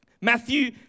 Matthew